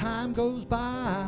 time goes by